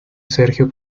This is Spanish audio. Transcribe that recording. sergio